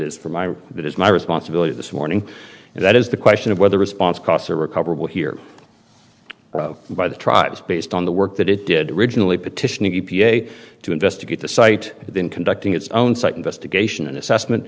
is for my it is my responsibility this morning and that is the question of whether response costs are recoverable here by the tribes based on the work that it did originally petitioning e p a to investigate the site then conducting its own site investigation and assessment